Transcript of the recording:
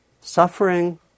suffering